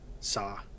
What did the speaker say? saw